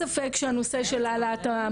שבעים אחוז מהפוגעים בקטינים,